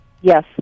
Yes